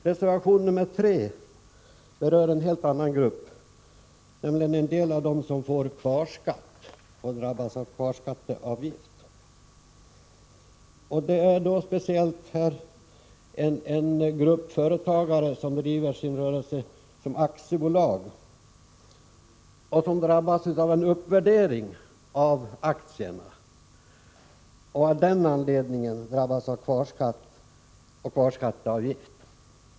Reservation 3 berör en helt annan grupp, nämligen en del av dem som får kvarskatt och drabbas av kvarskatteavgift. Speciellt gäller det en grupp företagare som driver sin rörelse som aktiebolag och som drabbas av en uppvärdering av aktierna och av den anledningen får kvarskatt och kvarskatteavgift.